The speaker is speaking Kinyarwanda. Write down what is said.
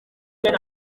gihe